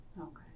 Okay